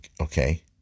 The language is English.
Okay